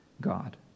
God